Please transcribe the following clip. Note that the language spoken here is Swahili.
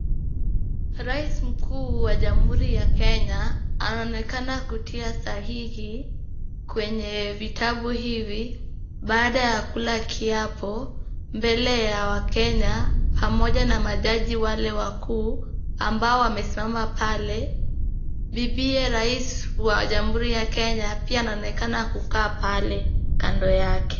Rais Mkuu wa Jamhuri ya Kenya anaonekana kutia sahihi kwenye vitabu hivi baada ya kula kiapo mbele ya wakenya pamoja na majaji wale wakuu ambao wamesimama pale. Bibiye rais wa Jamhuri ya Kenya pia anaonekana kukaa pale kando yake.